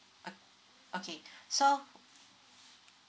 ok~ okay so